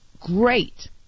great